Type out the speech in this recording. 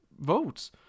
votes